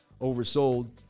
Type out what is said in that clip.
oversold